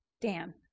Dan